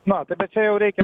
na tai bet čia jau reikia